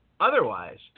Otherwise